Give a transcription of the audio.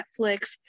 netflix